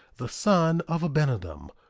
the son of abinadom.